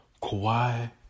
Kawhi